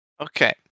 Okay